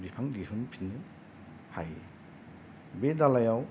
बिफां दिहुनफिननो हायो बे दालायाव